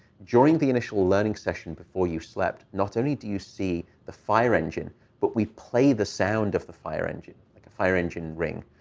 during the initial learning session, before you slept, not only do you see the fire engine but we play the sound of the fire engine, like a fire engine ring.